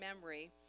memory